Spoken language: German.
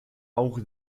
auch